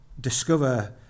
discover